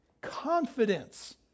confidence